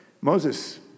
Moses